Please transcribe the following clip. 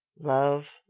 Love